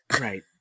Right